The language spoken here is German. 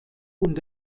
und